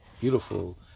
beautiful